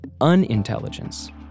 Unintelligence